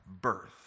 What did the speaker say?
birth